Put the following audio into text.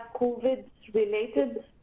COVID-related